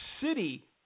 city